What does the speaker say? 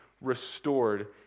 restored